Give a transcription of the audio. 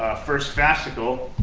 first fascicle.